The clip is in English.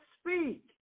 speak